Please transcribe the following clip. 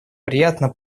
приятно